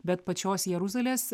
bet pačios jeruzalės